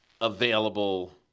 available